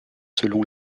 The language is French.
selon